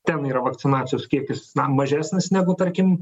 ten yra vakcinacijos kiekis mažesnis negu tarkim